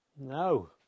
No